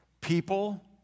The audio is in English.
People